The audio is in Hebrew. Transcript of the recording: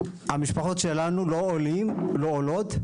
המשפחות שלנו, לא עולים ולא עולות,